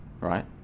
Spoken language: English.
right